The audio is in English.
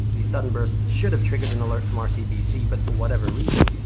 these sudden bursts should've triggered an alert from ah rcbc but for whatever reason,